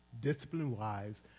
discipline-wise